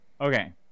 Okay